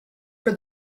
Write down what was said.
for